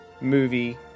movie